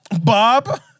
Bob